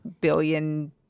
billion